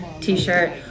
t-shirt